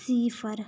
सिफर